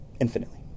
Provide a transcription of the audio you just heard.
infinitely